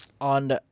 On